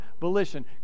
volition